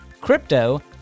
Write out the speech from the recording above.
crypto